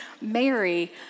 Mary